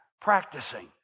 practicing